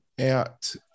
out